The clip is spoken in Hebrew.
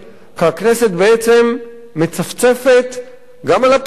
כי הכנסת בעצם מצפצפת גם על הפסיקה,